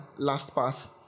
LastPass